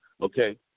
Okay